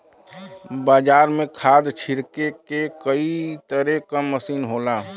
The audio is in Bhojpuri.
बाजार में खाद छिरके के कई तरे क मसीन होला